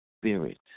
spirit